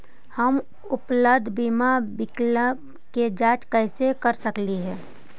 हम उपलब्ध बीमा विकल्प के जांच कैसे कर सकली हे?